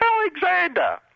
Alexander